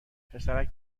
پسرک